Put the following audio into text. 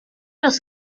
los